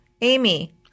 Amy